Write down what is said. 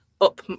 up